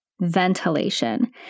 ventilation